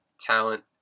talent